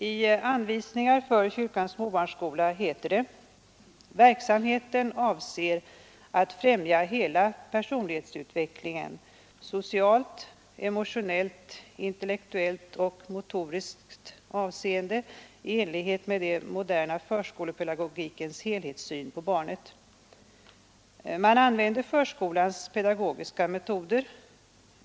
I anvisningar för kyrkans småbarnsskola heter det: ”Verksamheten avser att främja hela personlighetsutvecklingen, i socialt, emotionellt, intellektuellt och motoriskt avseende i enlighet med den moderna förskolepedagogikens helhetssyn på barnet.” Man använder förskolans pedagogiska metoder.